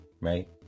right